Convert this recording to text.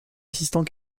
assistant